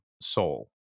Soul